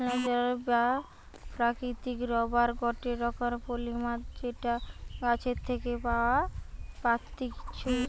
natural বা প্রাকৃতিক rubber গটে রকমের পলিমার যেটা গাছের থেকে পাওয়া পাত্তিছু